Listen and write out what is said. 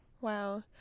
Wow